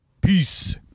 peace